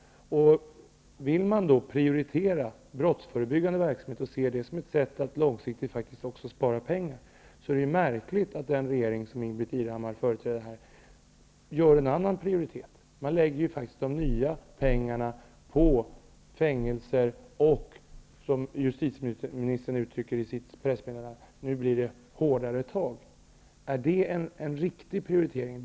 Om man vill prioritera brottsförebyggande verksamhet och se denna verksamhet som ett sätt att långsiktigt spara pengar, är det märkligt att den regering som Ingbritt Irhammar företräder gör en annan prioritering. Man lägger faktiskt de nya pengarna på fängelser och på -- som justitieministern uttryckte det i sitt pressmeddelande -- hårdare tag. Är det en riktig prioritering?